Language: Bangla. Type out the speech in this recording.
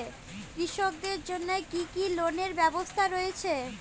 কৃষকদের জন্য কি কি লোনের ব্যবস্থা রয়েছে?